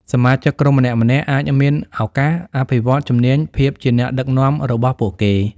សមាជិកក្រុមម្នាក់ៗអាចមានឱកាស អភិវឌ្ឍជំនាញភាពជាអ្នកដឹកនាំ របស់ពួកគេ។